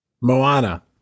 Moana